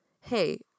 Hey